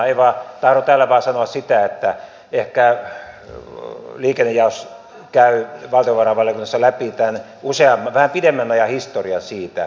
tahdon tällä vain sanoa sitä että ehkä liikennejaos käy valtiovarainvaliokunnassa vähän pidemmän ajan historian siitä